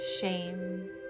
shame